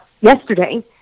yesterday